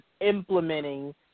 implementing